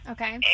Okay